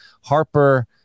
Harper